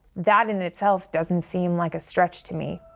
that in itself doesn't seem like a stretch to me.